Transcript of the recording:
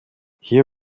hier